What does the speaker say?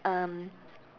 um